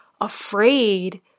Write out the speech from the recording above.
afraid